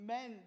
Men